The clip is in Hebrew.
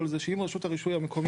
אולי לא צריך את זה בכלל.